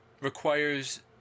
requires